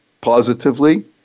positively